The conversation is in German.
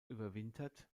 überwintert